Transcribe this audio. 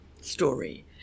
story